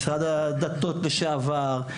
משרד הדתות לשעבר,